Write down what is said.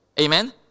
Amen